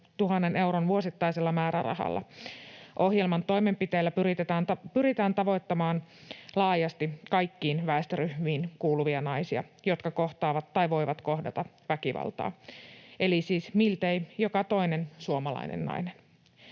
400 000 euron vuosittaisella määrärahalla. Ohjelman toimenpiteillä pyritään tavoittamaan laajasti kaikkiin väestöryhmiin kuuluvia naisia, jotka kohtaavat tai voivat kohdata väkivaltaa, eli siis miltei joka toinen suomalainen nainen.